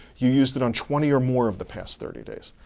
you used it on twenty or more of the past thirty days.